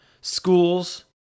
schools